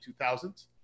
2000s